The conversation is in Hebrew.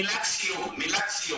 מילת סיום.